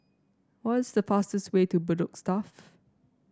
what is the fastest way to Bedok Stuff